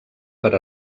per